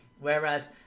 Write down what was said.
whereas